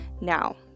Now